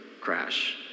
crash